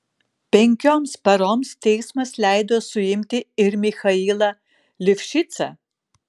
penkioms paroms teismas leido suimti ir michailą livšicą